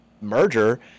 merger